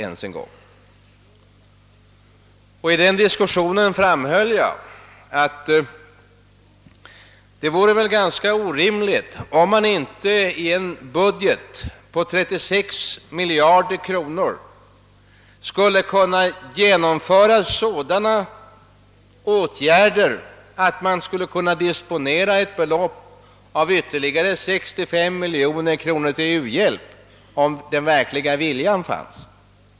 I denna diskussion framhöll jag att det vore orimligt, om man inte i en budget på 36 miljarder kronor skulle kunna genomföra sådana åtgärder, att man skulle kunna disponera ett belopp av ytterligare 65 miljoner kronor till u-hjälp, om den verkliga viljan fanns.